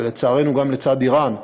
ולצערנו גם לצד איראן,